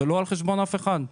זה לא על חשבון אף אחד.